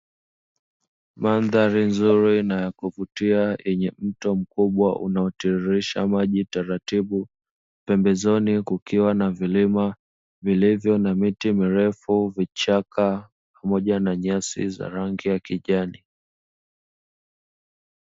Mandhari nzuri na ya kuvutia yenye mto mkubwa unaotiririsha maji taratibu, pembezoni kukiwa na vilima vilivyo na miti mirefu, vichaka pamoja na nyasi za rangi ya kijani.